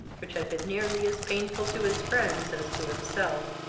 which had been nearly as painful to his friends as to himself,